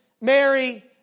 Mary